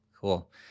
cool